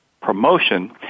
promotion